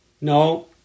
No